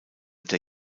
der